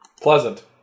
Pleasant